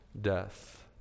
death